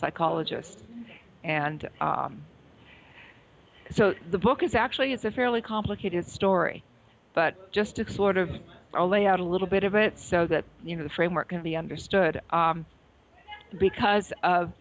psychologist and so the book is actually it's a fairly complicated story but just to sort of a lay out a little bit of it so that you know the framework going to be understood because of